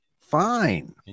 Fine